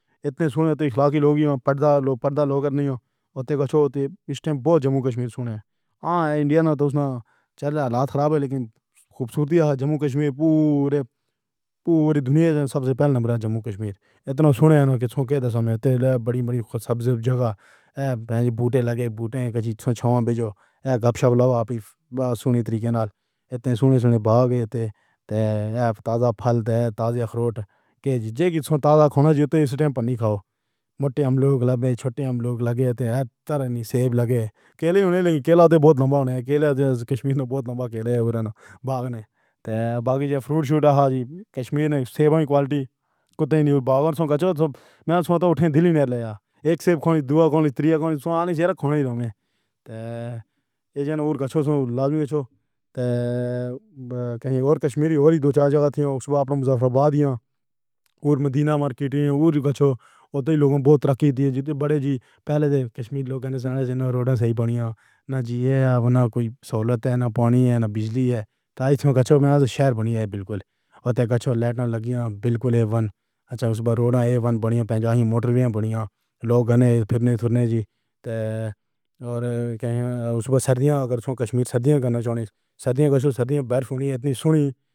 اتنا سنا تو اخلااق کے لوگ پڑھدا لو—پڑھدا لوگ نئیں ہو۔ اوہتے کجھ ہوندے اس وقت بہت جموں کشمیر سنا ہا۔ ہاں، انڈیا نا تو اوسنا چل رہا ہے۔ حالات خراب ہن پر خوبصورتی ہے۔ جموں کشمیر پورے، پوری دنیا تو سبھ توں پہلے نمبرا ہے جموں کشمیر۔ اتنا سنا ہے نا کہ تعداد دے حساب توں وڈیاں وڈیاں خوبصورت تھاں ہن۔ بہتے لگے بوٹے دے جس سن چھاوا بھیجو یا گپ شپ لاؤ۔ آپ ہی سنئے طریقے نال۔ اتنا سنا سنا باغ ایہتے تے تازہ پھل تازہ اخروٹ دے جیئں تازہ کھانا اس وقت نئیں کھاؤ۔ مٹھی ہم لوگ لگے چھوٹے ہم لوگ لگے ہیں تیرے نئیں سیف لگے۔ کیلے دے لئی پر کیلا تاں بہت لمبا ہون دے علاوہ کشمیر وچ بہت لمبا کیلے باغ نے تو باقی پھل ہے۔ کشمیر وچ سیب کیفیت کٹے نئیں باغان۔ سو کج ہو سب مِل سو تو اٹھے دل نیرالا اک سیب کو دوا کو ترِیح کو نئیں۔ سو آنی صحرا خون ہی رحمے ہن۔ سو ایہ جان تے کجھ سو لگو کجھ تو کہیں تے۔ کشمیری تے۔ دو چار تھاں سی اوس وقت مظفرآباد یا تے مدینہ مارکیٹ تے کجھ۔ اوہتے لوک بہت رکھی ہے جتنے وڈے جی پہلے دے کشمیر لوک نہ سڑک صحیح بنیاں نہ جیئے ہے نہ کوئی سہولت ہے نہ پانی ہے نہ بجلی ہے تو ایس وچ کجھ شہر بنی ہے بالکل۔ اوہتے کجھ لائٹ لگی ہن بالکل تے اچھے توں روڈاں تے بہترین پنجاب دی موٹروے بہترین لوک گانے پھِرنے دھُن جی تو تے کیہنے اوس وقت سردیاں۔ اگر سو کشمیر سردیاں کرنا چاہیے۔ سردیاں کجھ سردیاں برف اتنا سنی۔